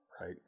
right